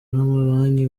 n’amabanki